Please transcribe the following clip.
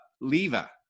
Leva